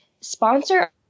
sponsor